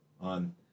on